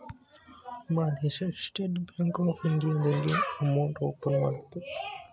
Madesha state bank of ಇಂಡಿಯಾದಲ್ಲಿ account open ಮಾಡಿದ್ದ